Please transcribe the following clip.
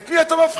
את מי אתה מפחיד?